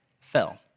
fell